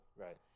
Right